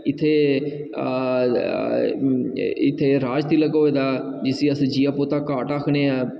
इत्थै इत्थै राजतिलक होए दा जिसी अस जिया पोता घाट आखने आं